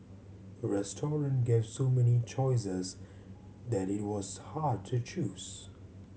the restaurant gave so many choices that it was hard to choose